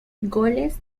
goles